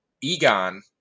Egon